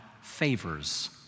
favors